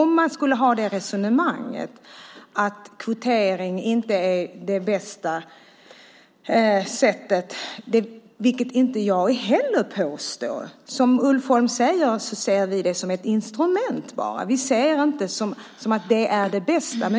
Man kan ha resonemanget att kvotering inte är det bästa sättet, vilket jag inte heller påstår. Som Ulf Holm säger ser vi det bara som ett instrument. Vi ser det inte som att det är det bästa.